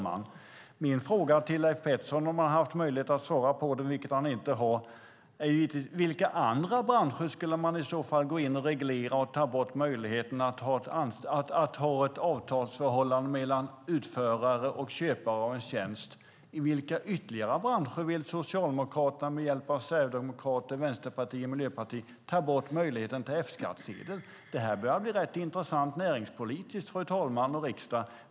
Min fråga till Leif Pettersson, som dock inte har möjlighet att svara på den, är: Inom vilka andra branscher skulle man i så fall gå in, reglera och ta bort möjligheten att ha ett avtalsförhållande mellan utförare och köpare av en tjänst? I vilka ytterligare branscher vill Socialdemokraterna med hjälp av Sverigedemokraterna, Vänsterpartiet och Miljöpartiet ta bort möjligheten till F-skattsedel? Det här börjar bli rätt intressant näringspolitiskt, fru talman och riksdagen.